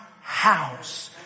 house